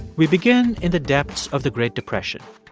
we begin in the depths of the great depression.